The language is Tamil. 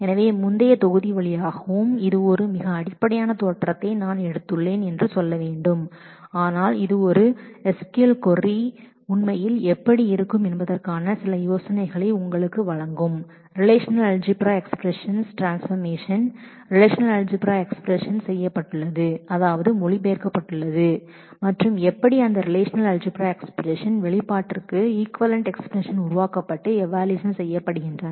எனவே முந்தைய தொகுதி வழியாகவும் இது ஒரு மிக அடிப்படையான தோற்றத்தை நான் எடுத்துள்ளேன் என்று சொல்ல வேண்டும் ஆனால் இது ஒரு SQL கொரி query உண்மையில் எப்படி இருக்கும் என்பதற்கான சில யோசனைகளை உங்களுக்கு வழங்கும் relational algebra expression transformation relational algebra expression செய்யப்பட்டுள்ளது அதாவது மொழிபெயர்க்கப்பட்டுள்ளது மற்றும் எப்படி அந்த ரிலேஷநல் அல்ஜிபிரா எக்ஸ்பிரஸன் வெளிப்பாட்டிற்கு ஈக்விவலெண்ட் எக்ஸ்பிரஸன் உருவாக்கப்பட்டு ஈவாலுவெஷன் செய்யப்படுகின்றன